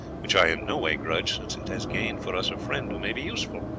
which i in no way grudge, since it has gained for us a friend who may be useful.